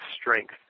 strength